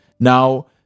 Now